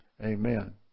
Amen